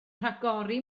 rhagori